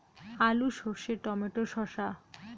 আলু সর্ষে টমেটো শসা